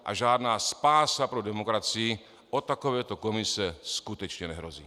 A žádná spása pro demokracii od takovéto komise skutečně nehrozí.